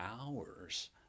hours